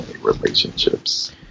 relationships